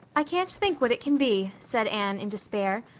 i can't think what it can be, said anne in despair,